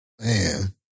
Man